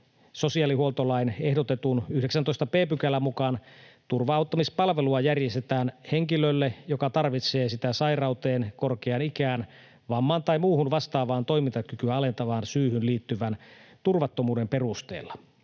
Sosiaalihuoltolain ehdotetun 19 b §:n mukaan turva-auttamispalvelua järjestetään henkilölle, joka tarvitsee sitä sairauteen, korkeaan ikään, vammaan tai muuhun vastaavaan toimintakykyä alentavaan syyhyn liittyvän turvattomuuden perusteella.